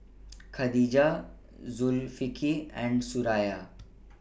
Khadija Zulkifli and Suraya